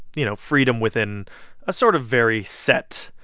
you know, freedom within a sort of very set,